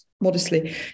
modestly